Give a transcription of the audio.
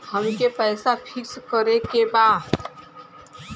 अमके पैसा फिक्स करे के बा?